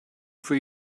for